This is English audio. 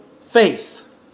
faith